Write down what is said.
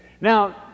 Now